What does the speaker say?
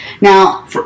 Now